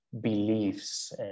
beliefs